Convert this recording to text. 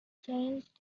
changed